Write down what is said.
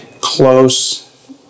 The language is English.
close